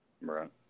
Right